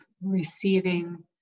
receiving